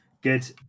Good